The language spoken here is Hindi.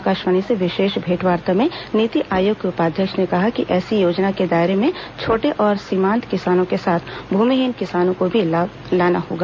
आकाशवाणी से विशेष भेंटवार्ता में नीति आयोग के उपाध्यक्ष ने कहा कि ऐसी योजना के दायरे में छोटे और सीमांत किसानों के साथ भूमिहीन किसानों को भी लाना होगा